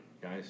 guys